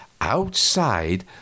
Outside